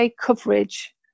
coverage